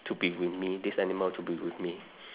to be with me this animal to be with me